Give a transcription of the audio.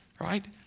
right